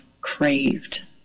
craved